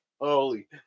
Holy